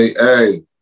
hey